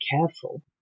careful